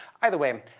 either way,